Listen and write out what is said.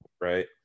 right